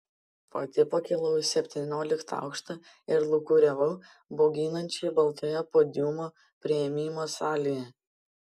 pati pakilau į septynioliktą aukštą ir lūkuriavau bauginančiai baltoje podiumo priėmimo salėje